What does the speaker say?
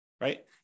right